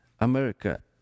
America